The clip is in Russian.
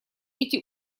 эти